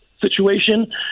situation